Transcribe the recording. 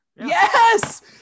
yes